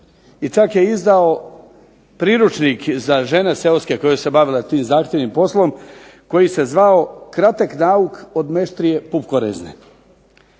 i čak je izdao priručnik za žene seoske koje su se bavile tim zahtjevnim poslom koji se zvao "Kratak nauk od meštrije pukoreze".